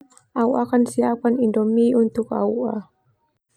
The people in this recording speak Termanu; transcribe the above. Au akan siapkan Indomi untuk au ua.